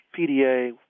pda